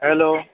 hello